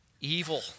evil